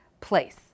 place